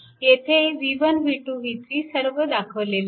येथे v1 v2 v3 सर्व दाखविलेले आहेत